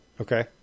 Okay